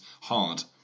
hard